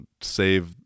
save